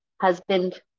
husband